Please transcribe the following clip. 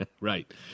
Right